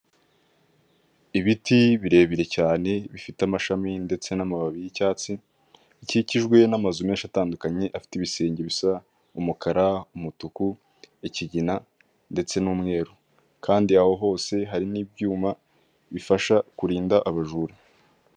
Ibiti birebire cyane bifite amashami ndetse n'amababi y'icyatsi, bikikijwe n'amazu menshi atandukanye, afite ibisenge bisa umukara, umutuku, ikigina ndetse n'umweru kandi aho hose hari n'ibyuma bifasha kurinda abajura.